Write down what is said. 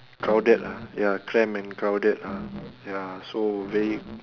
crowded ah ya cramped and crowded ah ya so very